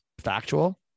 factual